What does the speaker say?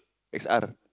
X_R